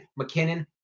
McKinnon